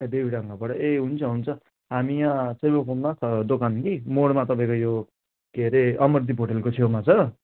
देवीडाँगाबाट ए हुन्छ हुन्छ हामी यहाँ दोकान कि मोडमा तपाईँको यो के अरे अमरदिप होटलको छेउमा छ